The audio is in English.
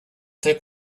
take